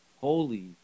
holy